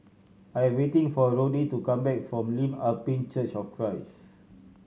I am waiting for Roddy to come back from Lim Ah Pin Church of Christ